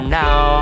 now